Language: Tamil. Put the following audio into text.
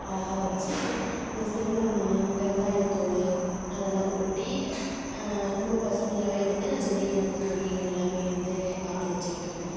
அழகாக வச்சு இந்த செம்மண் வெங்காயத்தோல் அதெல்லாம் கொட்டி ரொம்ப பசுமையாகவே வந்து நான் செடியை அந்த கொடி எல்லாமே வந்து பார்த்து வச்சிக்கிட்டு இருக்கேன்